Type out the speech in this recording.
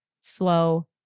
slow